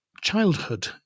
Childhood